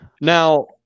Now